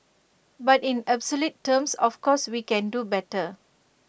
but in absolute terms of course we can do better